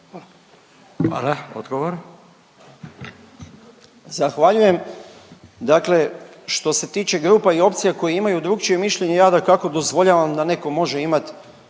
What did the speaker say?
Hvala. Odgovor.